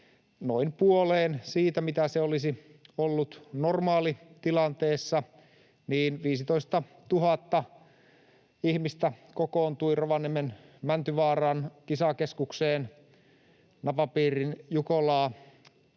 noin puoleen siitä, mitä se olisi ollut normaalitilanteessa, 15 000 ihmistä kokoontui Rovaniemen Mäntyvaaran kisakeskukseen Napapiirin Jukolaa